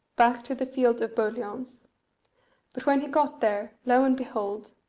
back to the field of boliauns but when he got there, lo and behold!